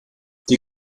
die